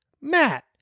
Matt